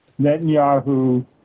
Netanyahu